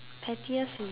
pettiest me